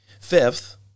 Fifth